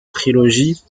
trilogie